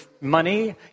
money